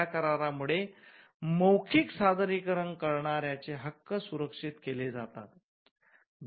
या करारामुळे मौखिक सादरीकरण करणाऱ्या चे हक्क सुरक्षित केले जातात